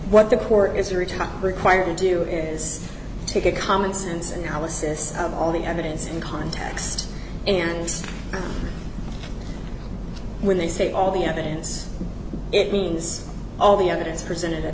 what the court is your time required to do is take a commonsense analysis of all the evidence in context and when they say all the evidence it means all the evidence presented a